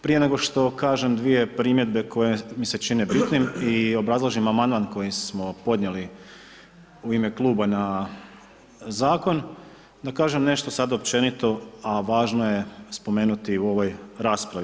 Prije nego što kažem dvije primjedbe koje mi se čine bitnim i obrazložim amandman kojim smo podnijeli u ime kluba na zakon, da kažem nešto sad općenito a važno je spomenuti u ovoj raspravi.